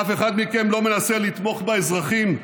אף אחד מכם לא מנסה לתמוך באזרחים,